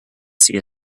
see